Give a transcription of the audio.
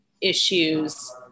issues